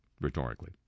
rhetorically